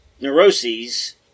neuroses